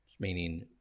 meaning